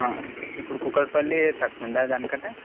okay ఇప్పుడు కూకట్పల్లి తక్కువుందా దానికంటే